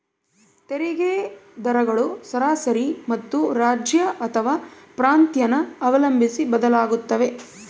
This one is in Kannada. ತೆರಿಗೆ ದರಗಳು ಸರಾಸರಿ ಮತ್ತು ರಾಜ್ಯ ಅಥವಾ ಪ್ರಾಂತ್ಯನ ಅವಲಂಬಿಸಿ ಬದಲಾಗುತ್ತವೆ